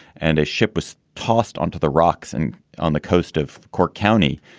and a ship was tossed onto the rocks and on the coast of cork county.